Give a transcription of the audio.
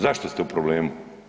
Zašto ste u problemu?